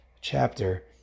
chapter